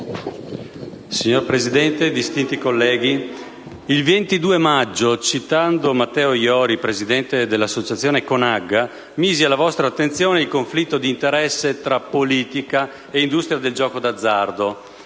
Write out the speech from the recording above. Signora Presidente, distinti colleghi, il 22 maggio, citando Matteo Iori, presidente dell'associazione CONAGGA, posi alla vostra attenzione il conflitto di interessi tra politica e industria del gioco d'azzardo